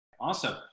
awesome